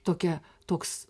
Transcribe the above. tokia toks